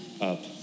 up